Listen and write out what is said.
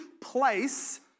place